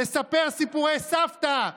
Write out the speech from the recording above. לספר סיפורי סבתא,